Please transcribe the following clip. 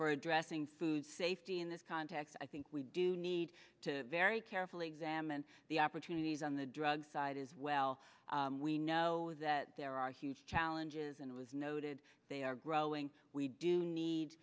for addressing food safety in this context i think we do need to very carefully examine the opportunities on the drug side as well we know that there are huge challenges and it was noted they are growing we do need